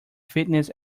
fitness